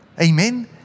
Amen